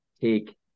take